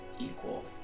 equal